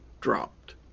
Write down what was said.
dropped